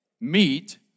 meet